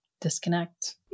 disconnect